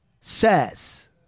says